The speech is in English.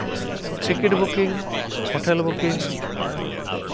ticket booking hotel booking